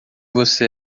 você